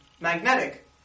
magnetic